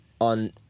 On